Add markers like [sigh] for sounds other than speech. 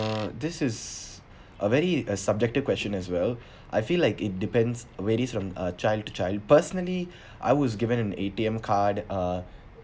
uh this is a very uh subjective question as well [breath] I feel like it depends varies from uh child to child personally [breath] I was given an A_T_M card uh